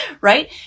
right